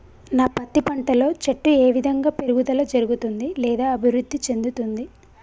నా పత్తి పంట లో చెట్టు ఏ విధంగా పెరుగుదల జరుగుతుంది లేదా అభివృద్ధి చెందుతుంది?